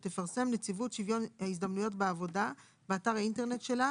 שתפרסם נציבות שוויון ההזדמנויות בעבודה באתר האינטרנט שלה,